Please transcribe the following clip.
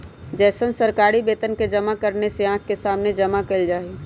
जैसन सरकारी वेतन के जमा करने में आँख के सामने जमा कइल जाहई